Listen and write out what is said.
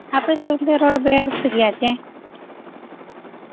ᱟᱯᱮ ᱥᱮᱡ ᱫᱚ ᱨᱳᱰ ᱵᱮᱥ ᱜᱮᱭᱟ ᱪᱮ